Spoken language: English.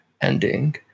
ending